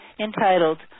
entitled